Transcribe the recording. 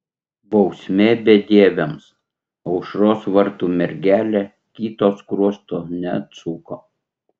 bausmė bedieviams aušros vartų mergelė kito skruosto neatsuko